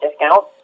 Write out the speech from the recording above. discount